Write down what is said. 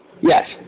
Yes